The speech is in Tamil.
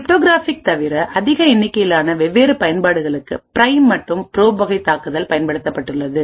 கிரிப்டோகிராஃபிக் தவிர அதிக எண்ணிக்கையிலான வெவ்வேறு பயன்பாடுகளுக்கு பிரைம் மற்றும் ப்ரோப் வகை தாக்குதல் பயன்படுத்தப்பட்டுள்ளது